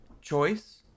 Choice